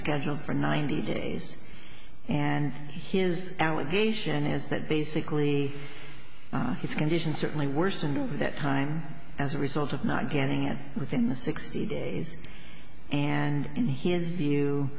scheduled for ninety days and his allegation is that basically his condition certainly worsened over that time as a result of not getting it within the sixty days and in his view